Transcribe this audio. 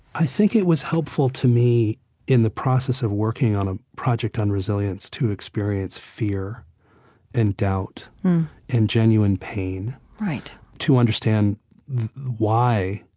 i think it was helpful to me in the process of working on a project on resilience to experience fear and doubt and genuine pain right to understand why